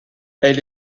elle